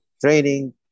training